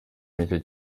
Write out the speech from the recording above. nicyo